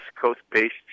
coast-based